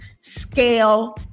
scale